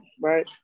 right